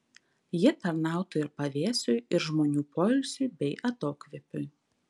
ji tarnautų ir pavėsiui ir žmonių poilsiui bei atokvėpiui